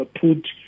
put